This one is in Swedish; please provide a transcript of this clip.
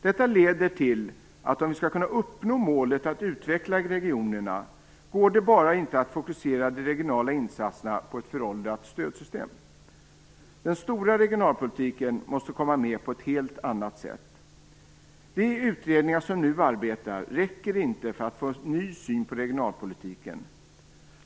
Detta leder till att om vi skall kunna uppnå målet att utveckla regionerna går det inte bara att fokusera de regionala insatserna på ett föråldrat stödsystem. Den stora regionalpolitiken måste komma med på ett helt annat sätt. De utredningar som nu arbetar räcker inte för att få en ny syn på regionalpolitiken.